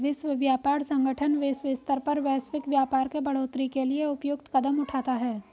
विश्व व्यापार संगठन विश्व स्तर पर वैश्विक व्यापार के बढ़ोतरी के लिए उपयुक्त कदम उठाता है